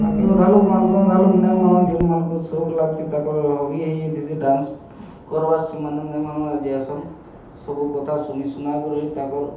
ବାକି ଅଧା ଲୋକ୍ ମାନସନ୍ ଅଧା ଲୋକ୍ ନାଇଁ ମାନନ୍ ଯେନ୍ ମାନଙ୍କୁ ସୋକ୍ ଲାଗସିଁ ତାଙ୍କର୍ ହବି ହେଇଯାଇଁଥିସି ଡ଼୍ୟାନ୍ସ କର୍ବାର୍ ସେମାନେ ନେହିଁ ମାନନ୍ ଆର୍ ଯାଏଁସନ୍ ସବୁ କଥା ଶୁନି ସୁନା କରି ତାକର୍